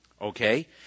Okay